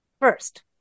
first